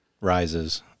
rises